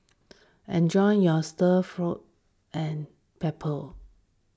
enjoy your Stir Fry and pepper